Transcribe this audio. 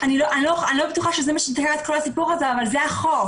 אני לא בטוחה שזה מה שתקע את כל הסיפור הזה אבל זה החוק.